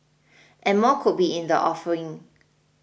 and more could be in the offing